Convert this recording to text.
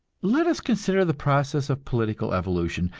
let us consider the process of political evolution,